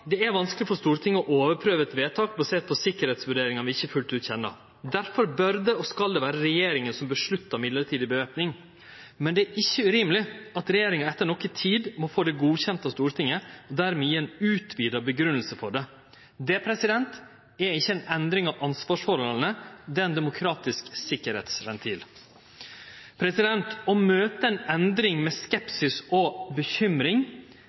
Det er vanskeleg for Stortinget å overprøve eit vedtak basert på sikkerheitsvurderingar vi ikkje fullt ut kjenner. Difor bør det og skal det vere regjeringa som avgjer mellombels væpning, men det er ikkje urimeleg at regjeringa etter noko tid må få det godkjent av Stortinget og dermed gje ei utvida grunngjeving for det. Det er ikkje ei endring av ansvarsforholda. Det er ein demokratisk sikkerheitsventil. Å møte ei endring med skepsis og bekymring,